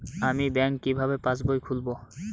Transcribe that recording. আমি ব্যাঙ্ক কিভাবে পাশবই খুলব?